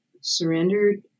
surrendered